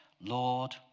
Lord